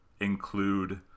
include